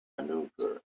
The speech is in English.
maneuver